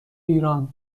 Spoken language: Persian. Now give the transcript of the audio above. ایران